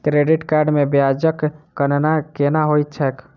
credit card मे ब्याजक गणना केना होइत छैक